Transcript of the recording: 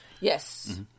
Yes